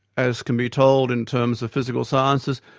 as can be told in terms of physical sciences,